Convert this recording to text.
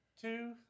two